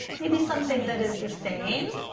maybe something that is the same.